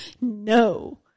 no